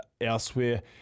elsewhere